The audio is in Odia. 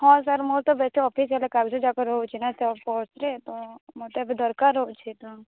ହଁ ସାର୍ ମୋର ତ ବେଶୀ ଅଫିସିଆଲ କାଗଜ ଦରକାର ହଉଛିନା ସାର୍ ପର୍ସରେ ତ ମୋତେ ଏବେ ଦରକାର ଅଛି ତ